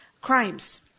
crimes